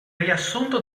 riassunto